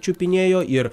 čiupinėjo ir